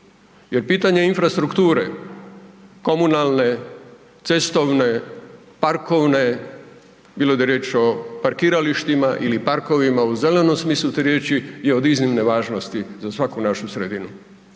jer pitanje infrastrukture, komunalne, cestovne, parkovne, bilo da je riječ o parkiralištima ili parkovima u zelenom smislu te riječi i od iznimne važnosti za svaku našu sredinu.